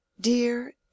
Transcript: Dear